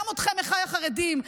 גם אתכם, אחיי החרדים.